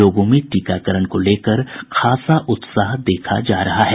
लोगों में टीकाकरण को लेकर खासा उत्साह देखा जा रहा है